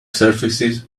surfaces